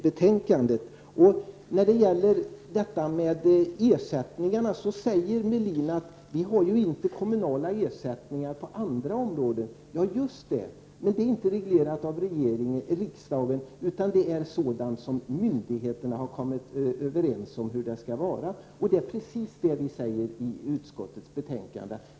Ulf Melin säger att vi inte har kommunala ersättningar på andra områden heller. Ja, men det är inte reglerat av riksdagen, utan myndigheterna har kommit överens om hur det skall vara. Det är precis detta vi säger i utskottets betänkande.